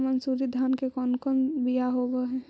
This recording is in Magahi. मनसूरी धान के कौन कौन बियाह होव हैं?